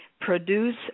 produce